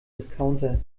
discounter